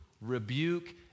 rebuke